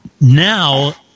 Now